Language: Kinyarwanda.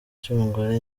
cy’umugore